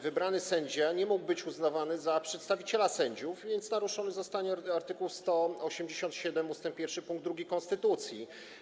wybrany sędzia nie może być uznawany za przedstawiciela sędziów, więc naruszony zostanie art. 187 ust. 1 pkt 2 konstytucji.